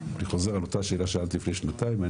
אני חוזר על אותה שאלה ששאלתי לפני שנתיים.